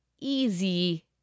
easy